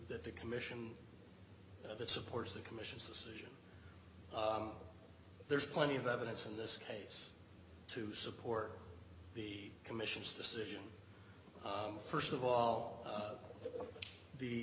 that the commission that supports the commission's decision there's plenty of evidence in this case to support the commission's decision first of all